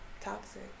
toxic